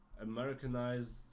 Americanized